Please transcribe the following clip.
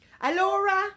Alora